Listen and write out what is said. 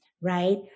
right